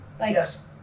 Yes